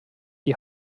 die